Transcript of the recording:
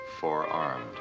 forearmed